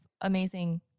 amazing